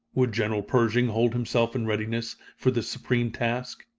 would general pershing hold himself in readiness for this supreme task?